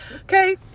Okay